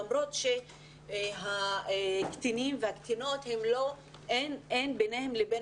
למרות שהקטינים והקטינות אין בינם לבין